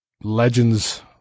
legends